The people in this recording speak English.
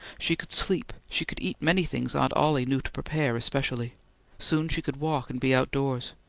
she could sleep, she could eat many things aunt ollie knew to prepare especially soon she could walk and be outdoors.